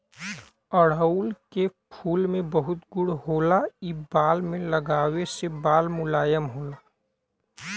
अढ़ऊल के फूल में बहुत गुण होला इ बाल में लगावे से बाल मुलायम होला